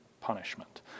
punishment